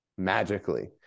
magically